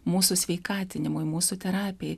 mūsų sveikatinimui mūsų terapijai